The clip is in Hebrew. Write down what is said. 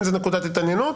אם זה נקודת התעניינות,